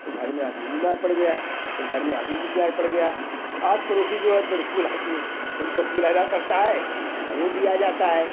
तो घर में आदमी बीमार पड़ गया जब घर में आदमी बीमार पड़ गया आस पड़ोसी जो है तुरंत बुला के उनको बुलाना पड़ता है और वो भी आ जाता है